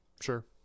Sure